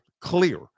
clear